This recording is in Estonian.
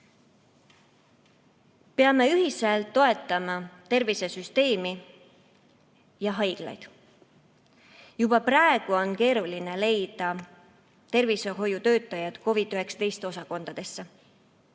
Peame ühiselt toetama tervisesüsteemi ja haiglaid. Juba praegu on keeruline leida tervishoiutöötajaid COVID‑19 osakondadesse.